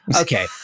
okay